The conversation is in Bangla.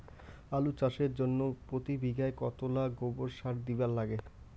আলু চাষের জইন্যে প্রতি বিঘায় কতোলা গোবর সার দিবার লাগে?